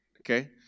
Okay